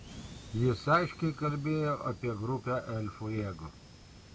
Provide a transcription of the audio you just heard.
jis aiškiai kalbėjo apie grupę el fuego